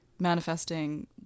manifesting